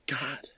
god